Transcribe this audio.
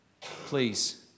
please